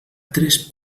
tres